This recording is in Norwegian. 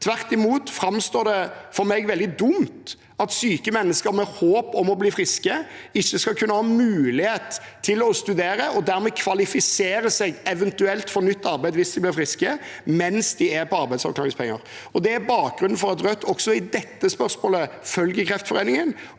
Tvert imot framstår det for meg veldig dumt at syke mennesker med håp om å bli friske ikke skal kunne ha mulighet til å studere og dermed kvalifisere seg for eventuelt nytt arbeid hvis de blir friske, mens de er på arbeidsavklaringspenger. Det er bakgrunnen for at Rødt også i dette spørsmålet følger Kreftforeningen